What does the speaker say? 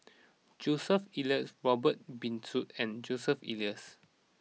Joseph Elias Robert Ibbetson and Joseph Elias